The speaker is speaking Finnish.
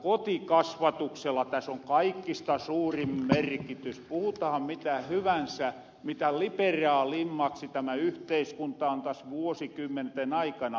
kotikasvatuksella täs on kaikista suurin merkitys puhutahan mitä hyvänsä mitä liberaalimmaksi tämä yhteiskunta on täs vuosikymmenten aikana menny